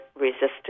resistance